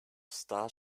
star